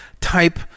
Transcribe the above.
type